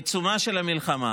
בעיצומה של המלחמה,